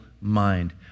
mind